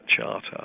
Charter